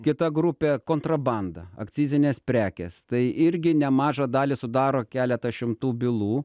kita grupė kontrabanda akcizinės prekės tai irgi nemažą dalį sudaro keletą šimtų bylų